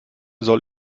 soll